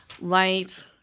light